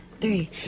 three